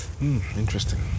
Interesting